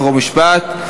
חוק ומשפט.